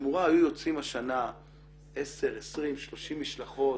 ובתמורה היו יוצאות השנה 10, 20, 30 משלחות.